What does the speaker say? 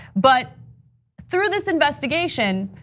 but through this investigation,